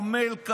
עמל,